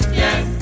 yes